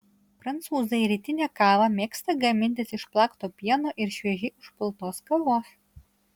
prancūzai rytinę kavą mėgsta gamintis iš plakto pieno ir šviežiai užpiltos kavos